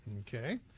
okay